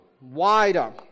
wider